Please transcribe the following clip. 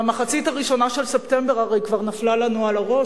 המחצית הראשונה של ספטמבר הרי כבר נפלה לנו על הראש.